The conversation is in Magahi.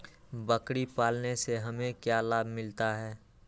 बकरी पालने से हमें क्या लाभ मिलता है?